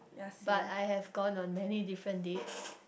but I have gone on many different dates